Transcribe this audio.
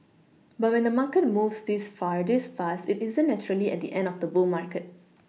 but when the market moves this far this fast it isn't naturally at the end of the bull market